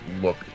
look